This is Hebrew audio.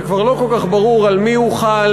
שכבר לא כל כך ברור על מי הוא חל,